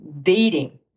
dating